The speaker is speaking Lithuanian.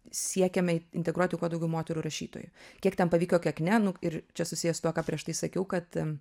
siekėme integruoti kuo daugiau moterų rašytojų kiek ten pavyko kiek ne nu ir čia susiję su tuo ką prieš tai sakiau kad